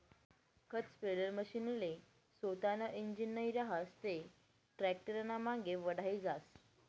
खत स्प्रेडरमशीनले सोतानं इंजीन नै रहास ते टॅक्टरनामांगे वढाई जास